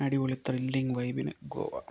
അടിപൊളി ത്രില്ലിങ്ങ് വൈബിന് ഗോവ